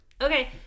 okay